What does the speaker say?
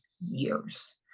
years